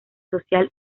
social